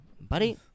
buddy